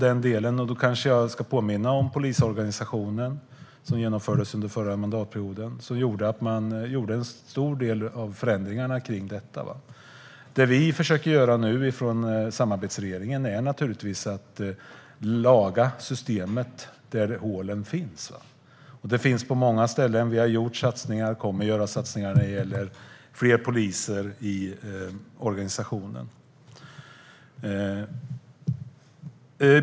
Jag kanske ska påminna om omorganisationen av polisen, vilken genomfördes under den förra mandatperioden. Då gjordes en stor del av dessa förändringar. Vad vi i samarbetsregeringen nu försöker göra är naturligtvis att laga systemet där hålen finns. De finns på många ställen. Vi har gjort satsningar och kommer att göra ytterligare satsningar för att få fler poliser i organisationen.